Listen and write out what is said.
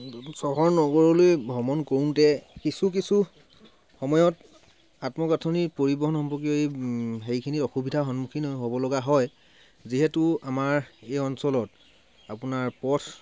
চহৰ নগৰলৈ ভ্ৰমণ কৰোতে কিছু কিছু সময়ত আত্ম গাঁঠনি পৰিবহণ সম্পৰ্কীয় এই হেৰিখিনি অসুবিধাৰ সন্মুখীন হ'ব লগা হয় যিহেতু আমাৰ এই অঞ্চলত আপোনাৰ পথ